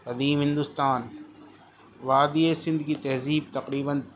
قدیم ہندوستان وادیٔ سندھ کی تہذیب تقریباً